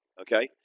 okay